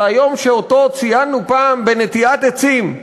זה היום שציינו פעם בנטיעת עצים.